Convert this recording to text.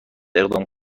اقدام